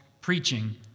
preaching